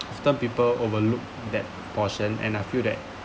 some people overlook that portion and I feel that